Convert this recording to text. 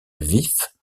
vif